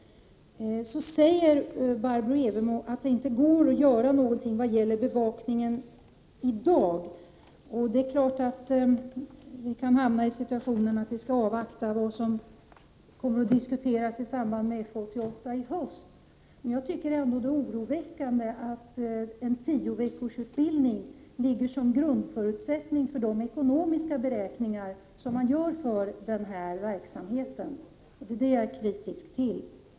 Sedan säger Barbro Evermo Palmerlund att det inte går att göra någonting vad gäller bevakningen i dag. Situationen kan självfallet bli den att vi måste avvakta vad som kommer att diskuteras i samband med FU 88i höst, men det är ändå oroväckande att en tio veckors utbildning är grundförutsättningen för de ekonomiska beräkningar som görs för denna verksamhet. Det är jag kritisk mot.